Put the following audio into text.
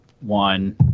one